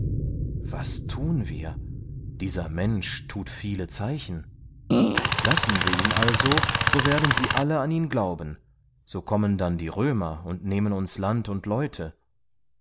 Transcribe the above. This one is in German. was tun wir dieser mensch tut viele zeichen lassen wir ihn also so werden sie alle an ihn glauben so kommen dann die römer und nehmen uns land und leute